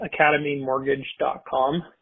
academymortgage.com